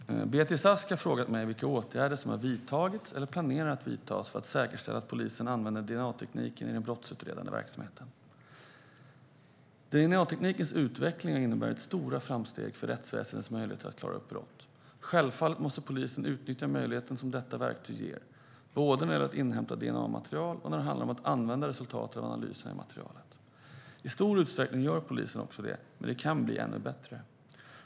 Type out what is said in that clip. Herr talman! Beatrice Ask har frågat mig vilka åtgärder som har vidtagits eller planeras att vidtas för att säkerställa att polisen använder DNA-tekniken i den brottsutredande verksamheten. DNA-teknikens utveckling har inneburit stora framsteg för rättsväsendets möjligheter att klara upp brott. Självfallet måste polisen utnyttja möjligheterna som detta verktyg ger, både när det gäller att inhämta DNA-material och när det handlar om att använda resultatet av analyserna av materialet. I stor utsträckning gör polisen också det, men man kan bli ännu bättre.